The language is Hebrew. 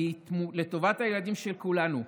כי היא לטובת הילדים של כולנו,